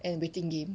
and waiting game